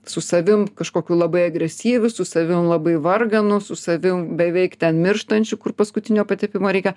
su savim kažkokiu labai agresyviu su savim labai varganu su savim beveik ten mirštančiu kur paskutinio patepimo reikia